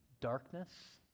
Darkness